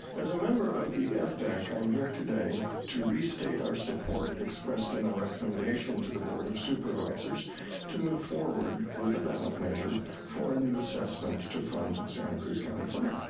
as a member of the fdac, i'm here today to restate our support expressed in our recommendation to the board of supervisors to move forward with a ballot measure for a new assessment to fund santa cruz county fire.